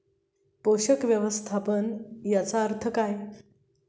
पोषक व्यवस्थापन याचा अर्थ काय?